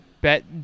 bet